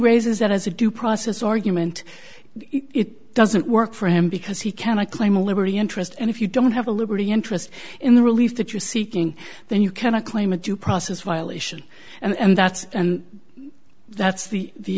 raises that as a due process argument it doesn't work for him because he can i claim a liberty interest and if you don't have a liberty interest in the relief that you're seeking then you cannot claim a due process violation and that's and that's the the